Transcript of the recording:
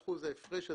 15% הפרש,